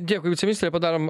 dėkui viceministre padarom